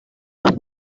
los